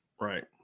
Right